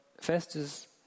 Festus